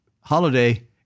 holiday